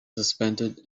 suspended